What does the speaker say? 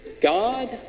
god